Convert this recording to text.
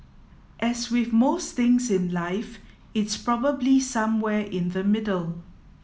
as with most things in life it's probably somewhere in the middle